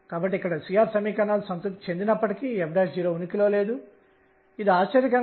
కాబట్టి మనము కనుగొన్నది ∫pdϕ nh ఇది Lzn ను ఇస్తుంది